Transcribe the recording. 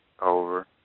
over